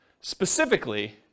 specifically